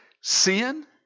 sin